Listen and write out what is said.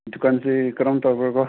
ꯗꯨꯀꯥꯟꯁꯤ ꯀꯔꯝ ꯇꯧꯕ꯭ꯔꯕꯣ